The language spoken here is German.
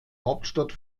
hauptstadt